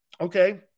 Okay